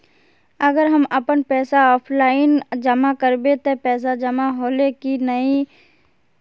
अगर हम अपन पैसा ऑफलाइन जमा करबे ते पैसा जमा होले की नय इ ते खाता में दिखते ने?